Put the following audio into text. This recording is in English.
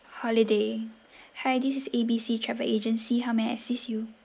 holiday hi this is a b c travel agency how may I assist you